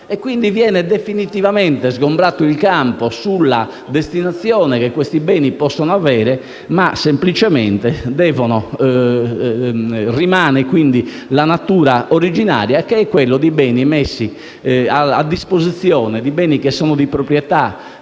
quindi definitivamente sgomberato il campo sulla destinazione che questi beni possono avere; semplicemente rimane quindi la natura originaria, che è quella di beni messi a disposizione, di beni di proprietà